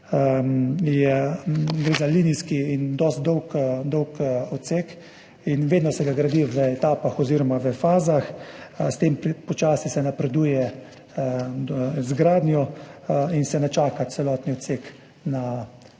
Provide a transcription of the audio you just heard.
gre za linijski in dosti dolg odsek in vedno se ga gradi v etapah oziroma v fazah. Počasi se napreduje z gradnjo in se ne čaka celotni odsek na